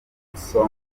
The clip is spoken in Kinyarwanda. musombwa